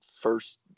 first